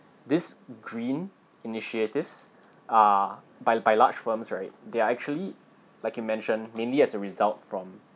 this green initiatives are by by large firms right they are actually like you mention mainly as a result from